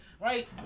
Right